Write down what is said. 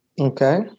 okay